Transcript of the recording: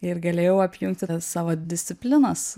ir galėjau apjungti tas savo disciplinas